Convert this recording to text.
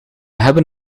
hebben